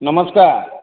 ନମସ୍କାର